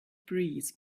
breeze